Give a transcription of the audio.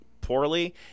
poorly